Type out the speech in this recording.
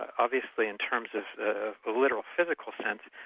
obviously in terms of the literal-physical sense,